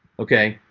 okay.